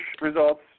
results